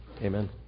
amen